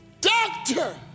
doctor